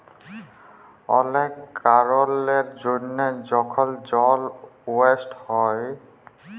অলেক কারলের জ্যনহে যখল জল ওয়েস্ট হ্যয়